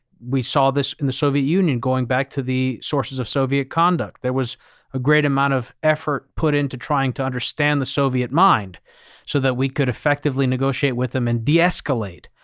we saw this in the soviet union going back to the sources of soviet conduct. there was a great amount of effort put into trying to understand the soviet mind so that we could effectively negotiate with them and deescalate.